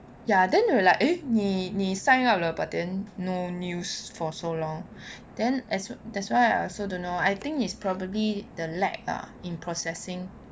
ya then you will like eh then 你你 sign up but then no news for so long then as that's why I also don't know I think is probably the lag ah in processing